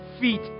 feet